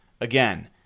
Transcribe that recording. Again